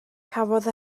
cafodd